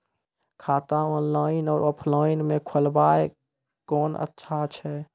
खाता ऑनलाइन और ऑफलाइन म खोलवाय कुन अच्छा छै?